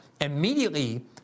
Immediately